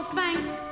thanks